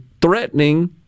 threatening